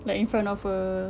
like in front of a